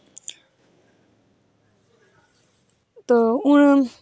तू हून